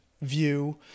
view